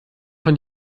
von